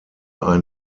ein